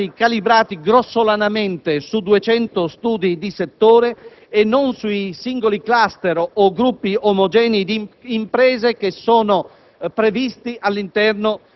gli indicatori sono stati calibrati grossolanamente su 200 studi di settore e non sui singoli *cluster* o gruppi omogenei di imprese che sono